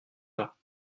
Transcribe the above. pas